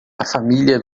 família